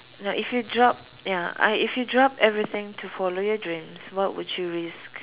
ya if you drop ya I if you drop everything to follow your dreams what would you risk